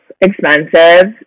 expensive